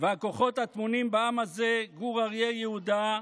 והכוחות הטמונים בעם הזה, גור אריה יהודה,